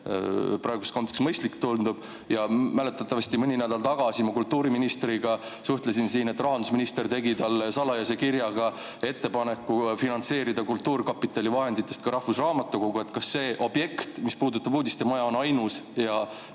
praeguses kontekstis mõistlik tundub? Mäletatavasti mõni nädal tagasi ma kultuuriministriga suhtlesin siin [teemal], et rahandusminister on teinud talle salajase kirjaga ettepaneku finantseerida kultuurkapitali vahenditest ka rahvusraamatukogu. Kas see objekt, mis puudutab uudistemaja, on ainus, ja